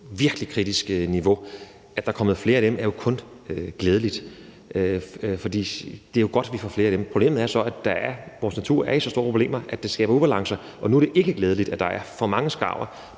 virkelig kritisk niveau. At der er kommet flere af dem, er jo kun glædeligt. For det er jo godt, at vi får flere af dem. Problemet er så, at vores natur er i så store problemer, at det skaber ubalancer, og at det nu ikke er glædeligt, at der er for mange skarver,